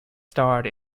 starred